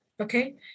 okay